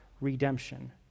redemption